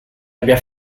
abbia